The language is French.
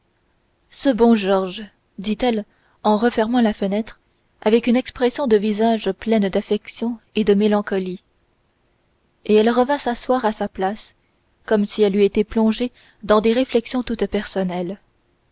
ce bon georges dit-elle en refermant la fenêtre avec une expression de visage pleine d'affection et de mélancolie et elle revint s'asseoir à sa place comme si elle eût été plongée dans des réflexions toutes personnelles